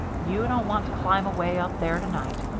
you don't want to climb away up there to-night.